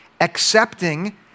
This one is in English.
accepting